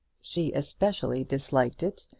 she especially disliked it,